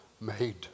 made